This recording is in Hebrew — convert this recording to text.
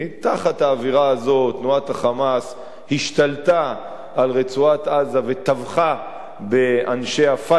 תחת האווירה הזאת תנועת ה"חמאס" השתלטה על רצועת-עזה וטבחה באנשי ה"פתח"